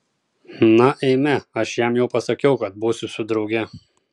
na eime aš jam jau pasakiau kad būsiu su drauge